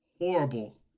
Horrible